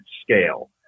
scale